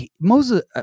Moses